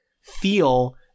feel